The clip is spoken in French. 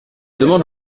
demande